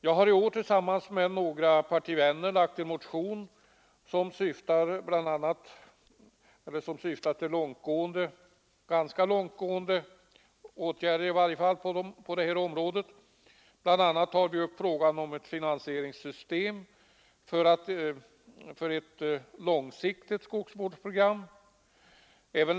Jag har i år tillsammans med några partivänner väckt en motion som syftar till ganska långtgående åtgärder på detta område. BI. a. tar vi upp frågan om ett finansieringssystem för ett långsiktigt skogsvårdsprogram.